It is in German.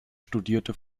studierte